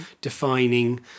defining